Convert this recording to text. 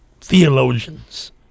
theologians